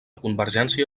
convergència